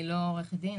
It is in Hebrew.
אני לא עורכת דין,